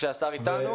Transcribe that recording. כשהשר אתנו.